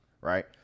right